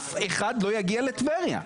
אף אחד לא יגיע לטבריה.